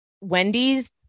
Wendy's